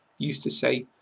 used to say,